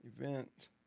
event